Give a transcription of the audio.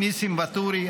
ניסים ואטורי,